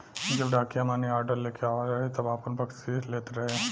जब डाकिया मानीऑर्डर लेके आवत रहे तब आपन बकसीस लेत रहे